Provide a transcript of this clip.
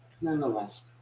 nonetheless